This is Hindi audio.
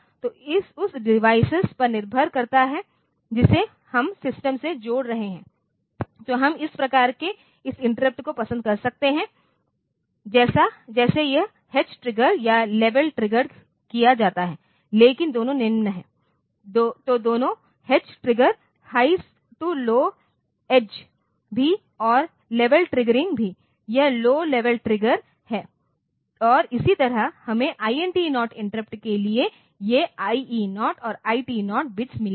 तो उस डिवाइस पर निर्भर करता है जिसे हम सिस्टम से जोड़ रहे हैं तो हम इस प्रकार के इस इंटरप्ट को पसंद कर सकते हैं जैसे यह H ट्रिगर या लेवल ट्रिगर किया गया है लेकिन दोनों निम्न हैं तो दोनों H trigger high to low edge भी और लेवल ट्रिगरिंग भी यह लौ लेवल ट्रिगर है और इसी तरह हमें INT0 इंटरप्ट के लिए ये IE0 और IT0 बिट्स मिले हैं